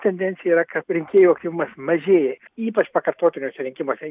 tendencija yra kad rinkėjų aktyvumas mažėja ypač pakartotiniuose rinkimuose